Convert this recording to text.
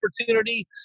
opportunity